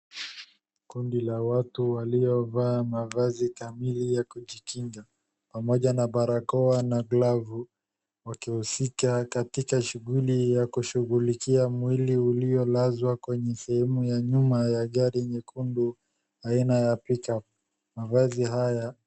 Kundi la watu waliovaa mavazi kamili ya kujikinga, pamoja na barakoa na glavu wakihusika katika shughuli ya kushughulikia mwili uliolazwa kwenye sehemu ya nyuma ya gari nyekundu aina ya Pickup . Mavazi haya..